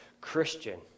Christian